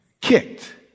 kicked